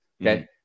Okay